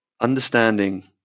understanding